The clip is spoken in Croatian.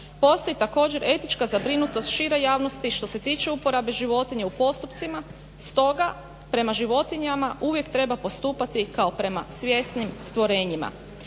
Postoji također etička zabrinutost šire javnosti što se tiče uporabe životinja u postupcima. Stoga prema životinjama uvijek treba postupati kao prema svjesnim stvorenjima.